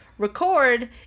Record